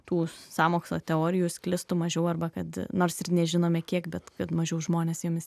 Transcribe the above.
tų sąmokslo teorijų sklistų mažiau arba kad nors ir nežinome kiek bet kad mažiau žmonės jomis